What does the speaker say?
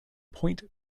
point